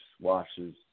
washes